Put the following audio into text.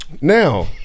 Now